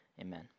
amen